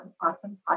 awesome